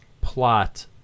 plot